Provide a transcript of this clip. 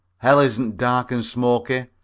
hell isn't dark and smoky,